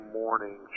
morning